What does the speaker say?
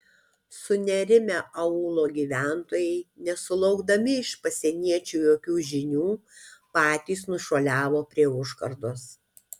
sunerimę aūlo gyventojai nesulaukdami iš pasieniečių jokių žinių patys nušuoliavo prie užkardos